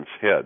head